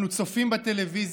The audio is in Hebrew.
אנחנו צופים בטלוויזיה,